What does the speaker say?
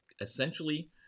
essentially